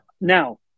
Now